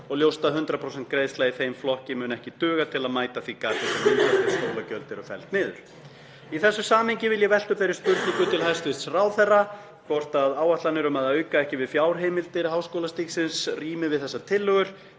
og ljóst að 100% greiðsla í þeim flokki myndi ekki duga til að mæta því gati sem myndaðist ef skólagjöld væru felld niður. Í þessu samhengi vil ég velta upp þeirri spurningu til hæstv. ráðherra hvort áætlanir um að auka ekki við fjárheimildir háskólastigsins rími við þessar tillögur.